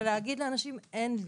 ולהגיד לאנשים אין לי.